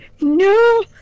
No